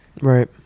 Right